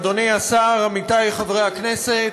אדוני השר, עמיתי חברי הכנסת,